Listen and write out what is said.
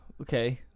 okay